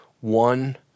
one